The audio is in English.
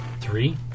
Three